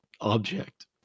object